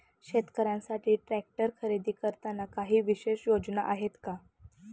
शेतकऱ्यांसाठी ट्रॅक्टर खरेदी करताना काही विशेष योजना आहेत का?